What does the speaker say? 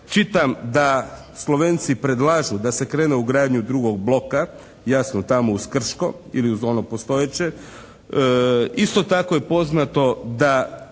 Čitam da Slovenci predlažu da se krene u gradnju drugog bloka, jasno tamo uz Krško ili uz ono postojeće. Isto tako je poznato da